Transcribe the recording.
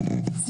באוניברסיטה.